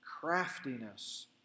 craftiness